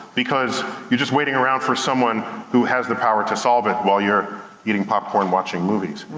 because you're just waiting around for someone who has the power to solve it, while you're eating popcorn watching movies.